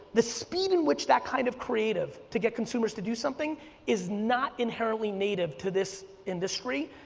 the speed in which that kind of creative, to get consumers to do something is not inherently native to this industry.